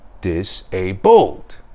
disabled